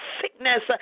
sickness